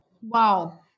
Wow